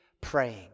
praying